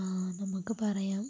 ആ നമുക്ക് പറയാം